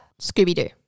Scooby-Doo